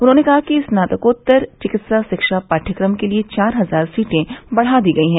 उन्होंने कहा कि स्नात्कोत्तर विकित्सा शिक्षा पाठ्यक्रम के लिए चार हजार सीटें बढ़ा दी गयी हैं